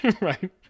Right